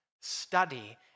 study